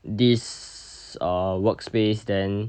this err workspace then